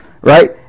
Right